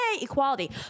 equality